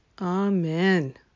Amen